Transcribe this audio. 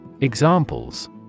Examples